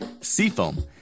Seafoam